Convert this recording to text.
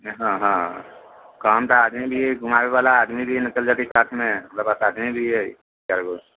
हँ हँ कामके आदमी भी हइ घुमाबैवला आदमी भी हइ नहि तऽ लेडिज साथमे हइ हमरा साथमे भी हइ कए गो